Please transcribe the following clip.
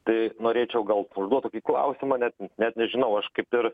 tai norėčiau gal užduot tokį klausimą net nežinau aš kaip ir